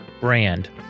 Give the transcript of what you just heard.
brand